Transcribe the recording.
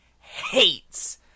hates